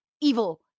Evil